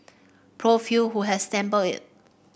Prof Hew who has sampled it